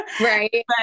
Right